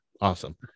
Awesome